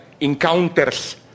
encounters